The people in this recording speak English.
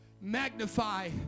magnify